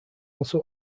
also